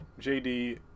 JD